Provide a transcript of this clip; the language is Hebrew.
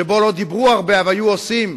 שבו לא דיברו הרבה, אבל עשו,